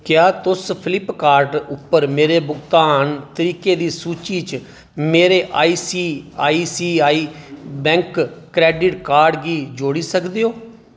क्या तुस फ्लिपकार्ट उप्पर मेरे भुगतान तरीकें दी सूची च मेरे आईसीआईसीआई बैंक क्रैडिट कार्ड गी जोड़ी सकदे ओ